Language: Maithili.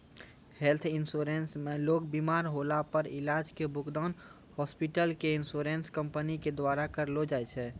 हेल्थ इन्शुरन्स मे लोग बिमार होला पर इलाज के भुगतान हॉस्पिटल क इन्शुरन्स कम्पनी के द्वारा करलौ जाय छै